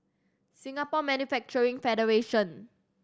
Singapore Manufacturing Federation